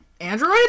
Android